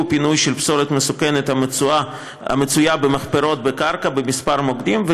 ופינוי של פסולת מסוכנת המצויה במחפרות בקרקע בכמה מוקדים,